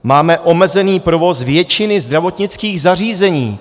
Máme omezený provoz většiny zdravotnických zařízení.